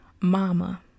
mama